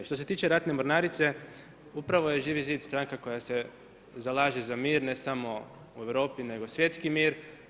Što se tiče ratne mornarice, upravo je Živi zid stranka koja se zalaže za mir, ne samo u Europi, nego svjetski mir.